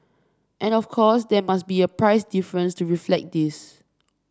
and of course there are must be a price difference to reflect this